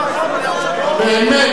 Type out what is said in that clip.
שר הרווחה, באמת.